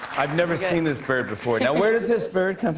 i've never seen this bird before. now, where does this bird come